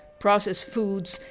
processed foods,